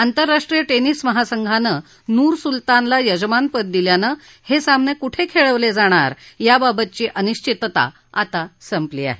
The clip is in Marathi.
आंतरराष्ट्रीय टेनिस महासंघानं नूर सूलतानला यजमान पद दिल्यानं हे सामने कुठे खेळवले जाणार याबाबतची अनिश्चितता संपली आहे